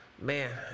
man